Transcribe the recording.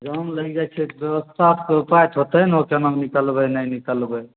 जाम लागि जाइत छै ट्रक साफके उपाय तऽ होयतै ने केना निकलबै नहि निकलबै